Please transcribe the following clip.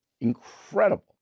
incredible